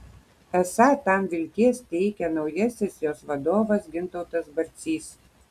esą tam vilties teikia naujasis jos vadovas gintautas barcys